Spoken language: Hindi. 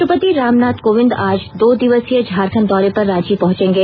राष्ट्रपति रामनाथ कोविंद आज दो दिवसीय झारखंड दौरे पर रांची पहुंचेंगे